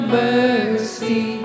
mercy